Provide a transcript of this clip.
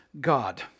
God